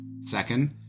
Second